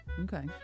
Okay